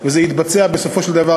וזה יתבצע בסופו של דבר,